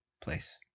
Place